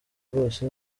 rwose